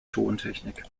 tontechnik